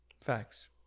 Facts